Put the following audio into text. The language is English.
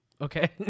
Okay